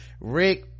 Rick